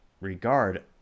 regard